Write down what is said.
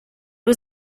was